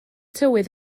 tywydd